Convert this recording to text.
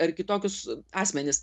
ar kitokius asmenis